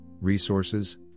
resources